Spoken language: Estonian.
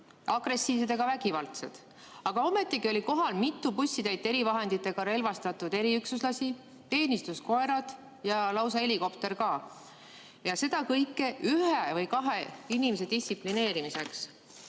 agressiivsed ega vägivaldsed. Aga ometigi oli kohal mitu bussitäit erivahenditega relvastatud eriüksuslasi, teenistuskoerad ja lausa helikopter. Ja seda kõike ühe või kahe inimese distsiplineerimiseks.